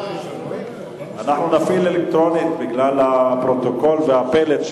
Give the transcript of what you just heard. אנחנו נפעיל אלקטרונית בגלל הפרוטוקול והפלט,